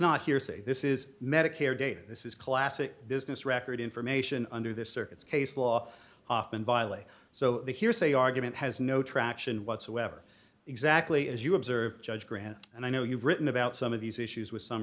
not hearsay this is medicare data this is classic business record information under this circuit's case law often violates so the hearsay argument has no traction whatsoever exactly as you observe judge grant and i know you've written about some of these issues with s